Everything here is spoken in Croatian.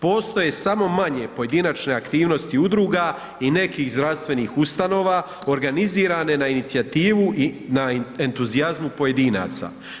Postoje samo manje pojedinačne aktivnosti udruga i nekih zdravstvenih ustanova organizirane na inicijativu i na entuzijazmu pojedinaca.